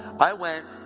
i went,